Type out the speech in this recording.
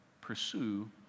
Pursue